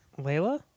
Layla